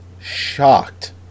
Shocked